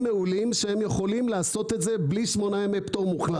מעולים שיכולים לעשות את זה בלי שמונה ימי פטור מוחלט.